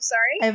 Sorry